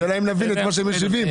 השאלה אם נבין את מה שהם הבינו.